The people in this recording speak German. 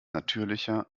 natürlicher